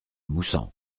moussan